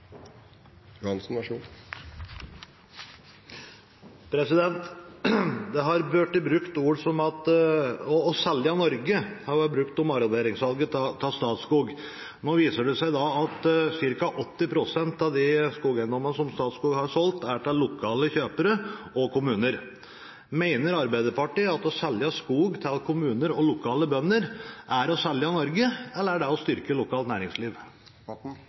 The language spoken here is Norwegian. Det har vært brukt ord som «å selge Norge» om arronderingssalget av Statskog. Nå viser det seg at ca. 80 pst. av de skogeiendommene som Statskog har solgt, er til lokale kjøpere og kommuner. Mener Arbeiderpartiet at å selge skog til kommuner og lokale bønder er «å selge Norge»? Eller er det å styrke lokalt næringsliv?